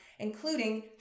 including